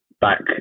back